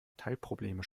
teilprobleme